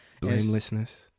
Blamelessness